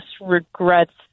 regrets